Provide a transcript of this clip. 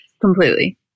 Completely